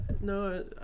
No